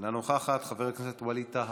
אינה נוכחת, חבר הכנסת ווליד טאהא,